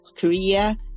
Korea